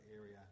area